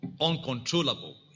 uncontrollable